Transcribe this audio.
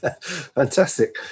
Fantastic